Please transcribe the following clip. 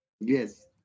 Yes